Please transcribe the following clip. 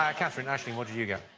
ah katherine, aisling, what did you get?